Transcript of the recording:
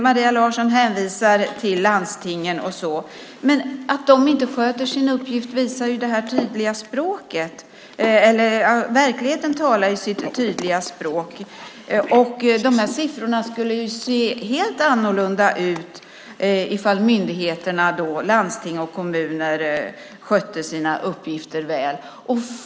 Maria Larsson hänvisar till landstingen, men verkligheten talar sitt tydliga språk om att de inte sköter sin uppgift. De här siffrorna skulle ju se helt annorlunda ut om myndigheterna, landsting och kommuner, skötte sina uppgifter väl.